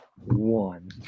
One